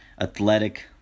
athletic